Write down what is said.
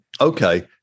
Okay